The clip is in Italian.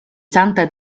santa